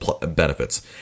benefits